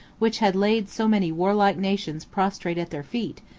which had laid so many warlike nations prostrate at their feet,